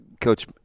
Coach